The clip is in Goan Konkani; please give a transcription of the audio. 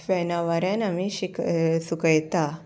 फेना वाऱ्यान आमी शिक सुकयता